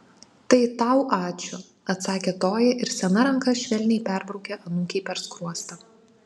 tai tau ačiū atsakė toji ir sena ranka švelniai perbraukė anūkei per skruostą